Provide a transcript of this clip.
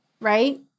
right